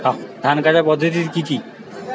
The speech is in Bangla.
ধান কাটার পদ্ধতি কি কি?